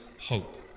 hope